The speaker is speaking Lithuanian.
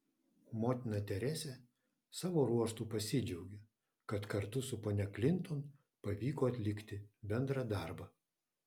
motina teresė savo ruožtu pasidžiaugė kad kartu su ponia klinton pavyko atlikti bendrą darbą